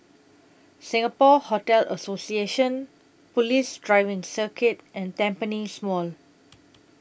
Singapore Hotel Association Police Driving Circuit and Tampines Mall